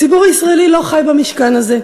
הציבור הישראלי לא חי במשכן הזה,